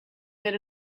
made